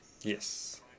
yes